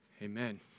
Amen